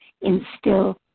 instill